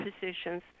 physicians